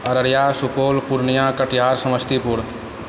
Araria Supaul Purnia Katihar Samastipur